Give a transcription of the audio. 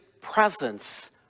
presence